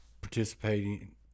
participating